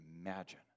imagine